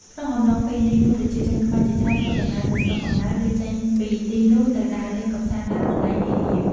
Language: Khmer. ក្នុងអំឡុងពេលនេះមានប្រជាជនខ្មែរជាច្រើនធ្វើដំណើរទៅស្រុកកំណើត ឬ ចេញពីទីនោះទៅដើរលេងកម្សាន្តតាមកន្លែងនានា។